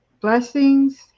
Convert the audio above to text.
blessings